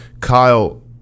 Kyle